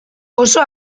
oso